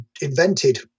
invented